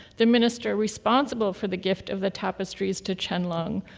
the minister responsible for the gift of the tapestries to qianlong,